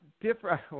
different –